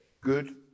good